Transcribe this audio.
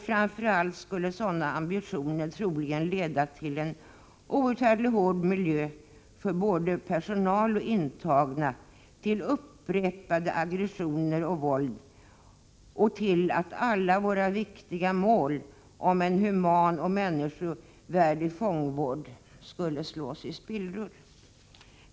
Framför allt skulle sådana ambitioner troligen leda till en outhärdligt hård miljö för både personal och intagna, till upprepade aggressioner och våld samt till att våra viktiga mål i fråga om en human och människovärdig fångvård skulle slås i spillror.